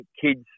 kids